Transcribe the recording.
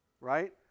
right